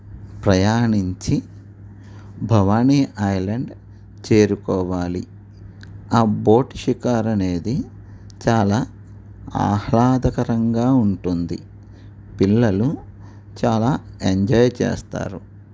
ప్రయాణించి భవానీ ఐల్యాండ్ చేరుకోవాలి ఆ బోట్ షికార్ అనేది చాలా ఆహ్లాదకరంగా ఉంటుంది పిల్లలు చాలా ఎంజాయ్ చేస్తారు